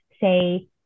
say